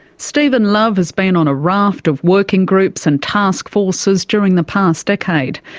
stephen love has been on a raft of working groups and taskforces during the past decade.